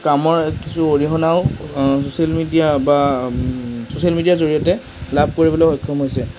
কামৰ কিছু অৰিহণাও চ'ছিয়েল মিডিয়া বা চ'ছিয়েল মিডিয়াৰ জৰিয়তে লাভ কৰিবলৈ সক্ষম হৈছে